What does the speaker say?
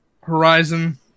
Horizon